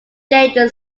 jade